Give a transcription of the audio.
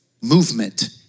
movement